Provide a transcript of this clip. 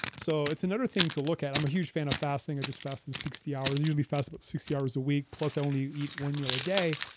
so it's another thing to look at. i'm a huge fan of fasting, i just fast in sixty hours, usually fast about sixty hours a week. plus, i only eat one meal a day.